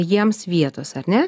jiems vietos ar ne